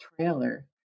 trailer